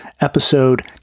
episode